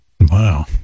Wow